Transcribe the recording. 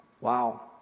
Wow